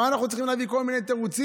מה אנחנו צריכים להביא כל מיני תירוצים?